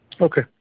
Okay